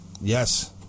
Yes